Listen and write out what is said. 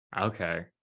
okay